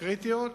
הקריטיות,